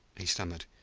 he stammered,